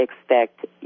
expect